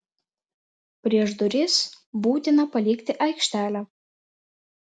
prieš duris būtina palikti aikštelę